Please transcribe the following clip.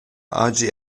hagi